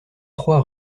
trois